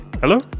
Hello